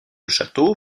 château